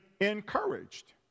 encouraged